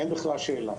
אין בכלל שאלה.